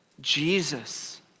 Jesus